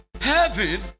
heaven